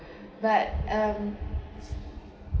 but um